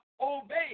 obey